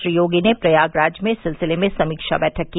श्री योगी ने प्रयागराज में इस सिलसिले में समीक्षा बैठक की